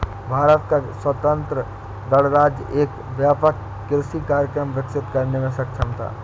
भारत का स्वतंत्र गणराज्य एक व्यापक कृषि कार्यक्रम विकसित करने में सक्षम था